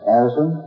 Anderson